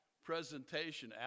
presentation